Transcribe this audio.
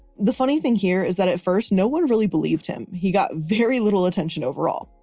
the funny thing here is that at first, no one really believed him. he got very little attention overall.